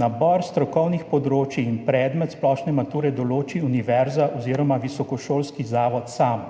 Nabor strokovnih področij in predmet splošne mature določi univerza oziroma visokošolski zavod sam,